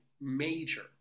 major